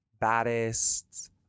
baddest